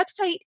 website